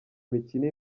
imikino